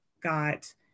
got